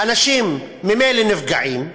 האנשים ממילא נפגעים,